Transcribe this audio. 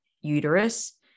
uterus